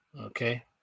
Okay